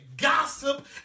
Gossip